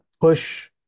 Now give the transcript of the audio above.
push